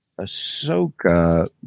Ahsoka